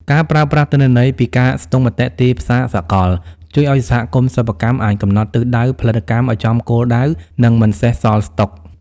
ការប្រើប្រាស់ទិន្នន័យពីការស្ទង់មតិទីផ្សារសកល ជួយឱ្យសហគមន៍សិប្បកម្មអាចកំណត់ទិសដៅផលិតកម្មឱ្យចំគោលដៅ និងមិនសេសសល់ស្តុក។